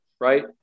right